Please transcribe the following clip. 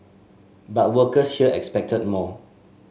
but workers here expected more